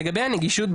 לגבי הנגישות,